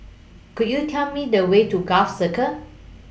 Could YOU Tell Me The Way to Gul Circle